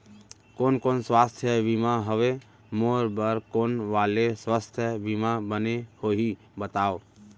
कोन कोन स्वास्थ्य बीमा हवे, मोर बर कोन वाले स्वास्थ बीमा बने होही बताव?